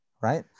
right